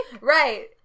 Right